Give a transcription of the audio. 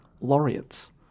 laureates